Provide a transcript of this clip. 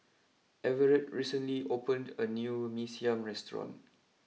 Everett recently opened a new Mee Siam restaurant